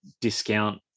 discount